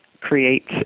creates